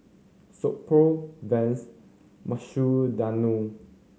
So Pho Vans Mukshidonna